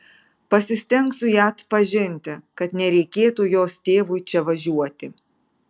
pasistengsiu ją atpažinti kad nereikėtų jos tėvui čia važiuoti